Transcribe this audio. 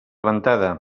ventada